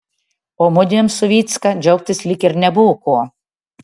o mudviem su vycka džiaugtis lyg ir nebuvo ko